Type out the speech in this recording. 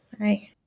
Hi